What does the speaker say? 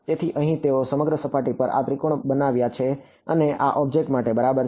તેથી અહીં તેઓએ સમગ્ર સપાટી પર આ ત્રિકોણ બનાવ્યા છે અને આ ઓબ્જેક્ટ માટે બરાબર છે